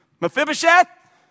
Mephibosheth